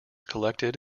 collected